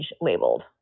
labeled